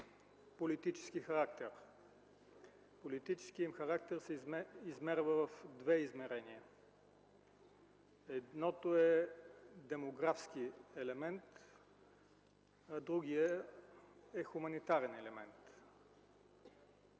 Политическият им характер се измерва в две измерения. Едното е демографски елемент, а другото е хуманитарен елемент.